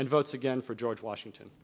and votes again for george washington